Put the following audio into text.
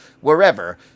wherever